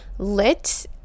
lit